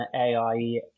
AI